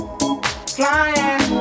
flying